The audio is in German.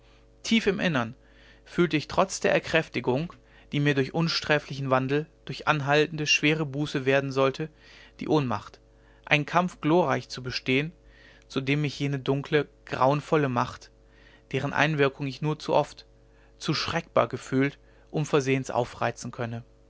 tief im innern fühlte ich trotz der erkräftigung die mir durch unsträflichen wandel durch anhaltende schwere buße werden sollte die ohnmacht einen kampf glorreich zu bestehen zu dem mich jene dunkle grauenvolle macht deren einwirkung ich nur zu oft zu schreckbar gefühlt unversehends aufreizen könne